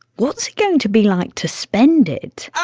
what's it going to be like to spend it?